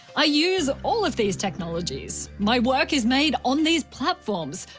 i use all of these technologies. my work is made on these platforms.